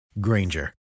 Granger